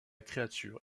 créature